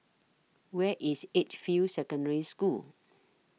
Where IS Edgefield Secondary School